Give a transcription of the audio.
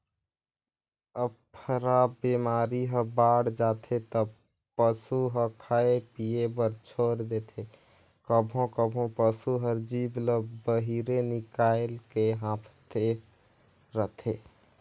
अफरा बेमारी ह बाड़ जाथे त पसू ह खाए पिए बर छोर देथे, कभों कभों पसू हर जीभ ल बहिरे निकायल के हांफत रथे